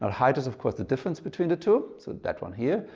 ah height is of course the difference between the two so that one here.